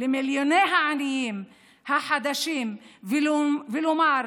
למיליוני העניים החדשים ולומר: